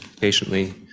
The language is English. patiently